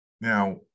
now